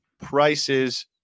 Prices